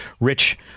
rich